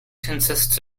consists